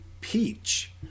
peach